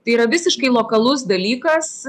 tai yra visiškai lokalus dalykas